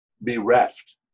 bereft